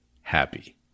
happy